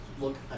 look